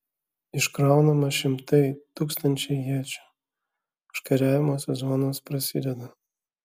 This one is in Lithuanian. iškraunama šimtai tūkstančiai iečių užkariavimų sezonas prasideda